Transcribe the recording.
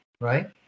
right